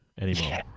anymore